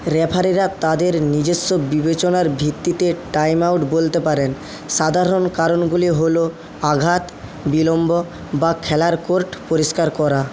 রেফারিরা তাদের নিজস্ব বিবেচনার ভিত্তিতে টাইমআউট বলতে পারেন সাধারণ কারণগুলি হল আঘাত বিলম্ব বা খেলার কোর্ট পরিষ্কার করা